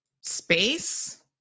space